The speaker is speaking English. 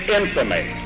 infamy